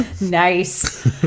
Nice